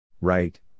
Right